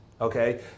Okay